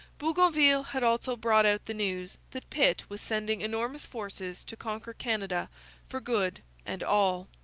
bougainville had also brought out the news that pitt was sending enormous forces to conquer canada for good and all.